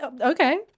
Okay